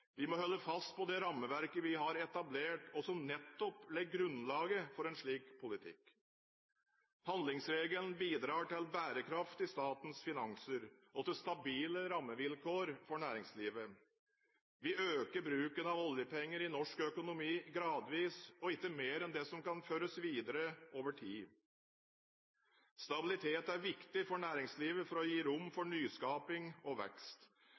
Vi må holde fast på det rammeverket vi har etablert, og som nettopp legger grunnlaget for en slik politikk. Handlingsregelen bidrar til bærekraft i statens finanser og til stabile rammevilkår for næringslivet. Vi øker bruken av oljepenger i norsk økonomi gradvis og ikke mer enn det som kan føres videre over tid. Stabilitet er viktig for næringslivet for å gi rom for nyskaping og vekst.